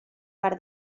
per